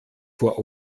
vor